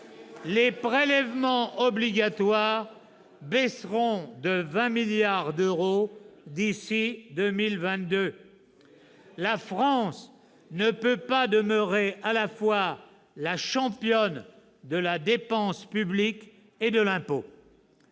les prélèvements obligatoires baisseront de 20 milliards d'euros d'ici à 2022. La France ne peut demeurer la championne à la fois de la dépense publique et des impôts